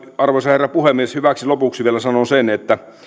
arvoisa herra puhemies hyväksi lopuksi vielä sanon sen että